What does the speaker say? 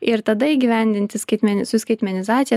ir tada įgyvendinti skaitmeni su skaitmenizacija